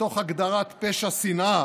בתוך הגדרת פשע שנאה